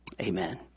amen